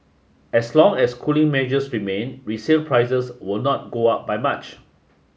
as long as cooling measures remain resale prices will not go up by much